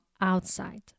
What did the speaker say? outside